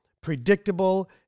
predictable